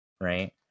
right